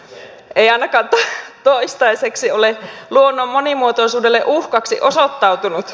se ei ainakaan toistaiseksi ole luonnon monimuotoisuudelle uhkaksi osoittautunut